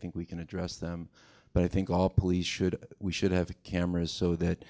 think we can address them but i think all police should we should have a camera so that